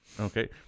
Okay